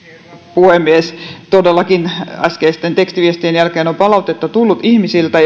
puhemies todellakin äskeisten tekstiviestien jälkeen on palautetta tullut ihmisiltä